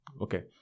Okay